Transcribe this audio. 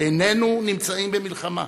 איננו נמצאים במלחמה,